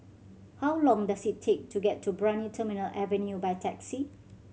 how long does it take to get to Brani Terminal Avenue by taxi